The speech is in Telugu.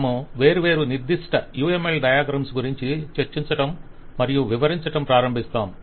మనము వేర్వేరు నిర్దిష్ట UML డయాగ్రమ్స్ గురించి చర్చించడం మరియు వివరించడం ప్రారంభిస్తాము